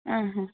ಹಾಂ ಹಾಂ